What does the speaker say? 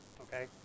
okay